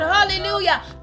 Hallelujah